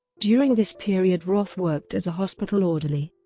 during this period roth worked as a hospital orderly.